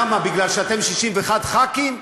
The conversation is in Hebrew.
למה, מפני שאתם 61 חברי כנסת?